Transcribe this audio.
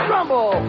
Rumble